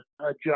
adjust